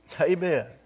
Amen